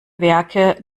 werke